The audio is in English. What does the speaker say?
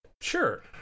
sure